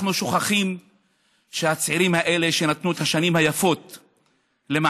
אנחנו שוכחים שהצעירים האלה נתנו את השנים היפות למעננו,